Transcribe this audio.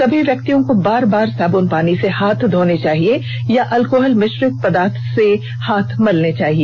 सभी व्यक्तियों को बार बार साबुन पानी से हाथ धोने चाहिए या अल्कोहल मिश्रित पदार्थ से हाथ मलने चाहिए